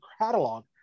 catalog